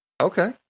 Okay